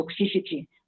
toxicity